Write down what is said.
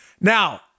Now